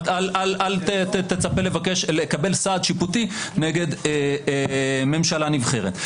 אל תצפה לקבל סעד שיפוטי נגד ממשלה נבחרת.